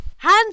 Hands